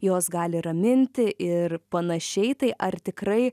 jos gali raminti ir panašiai tai ar tikrai